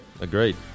Agreed